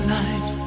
life